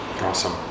awesome